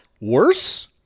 worse